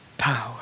Power